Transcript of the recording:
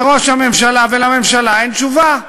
לראש הממשלה ולממשלה אין תשובה,